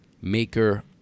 maker